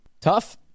Tough